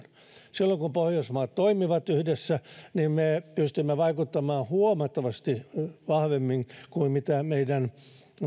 silloin kun pohjoismaat toimivat yhdessä me pystymme vaikuttamaan huomattavasti vahvemmin kuin mitä meidän